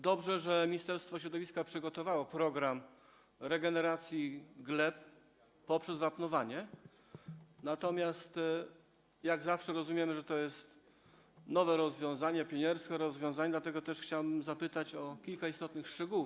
Dobrze, że Ministerstwo Środowiska przygotowało program regeneracji gleb poprzez wapnowanie, natomiast rozumiemy, że to jest nowe rozwiązanie, pionierskie rozwiązanie, dlatego też chciałem zapytać o kilka istotnych szczegółów.